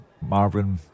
Marvin